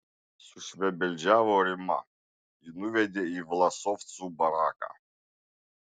sušvebeldžiavo rima jį nuvedė į vlasovcų baraką